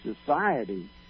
society